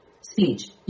Speech